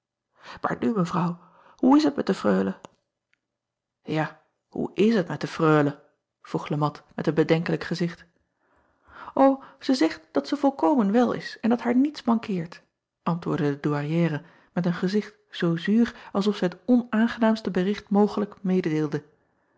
aar nu evrouw hoe is het met de reule a hoe is het met de reule vroeg e at met een bedenkelijk gezicht zij zegt dat zij volkomen wel is en dat haar niets mankeert antwoordde de ouairière met een gezicht zoo zuur als of zij het onaangenaamste bericht mogelijk